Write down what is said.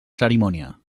cerimònia